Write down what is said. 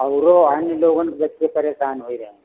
आरों हैं जिन लोगों के बच्चे परेशान हो रहे